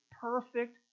perfect